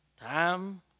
Time